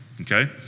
Okay